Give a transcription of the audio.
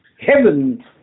Heaven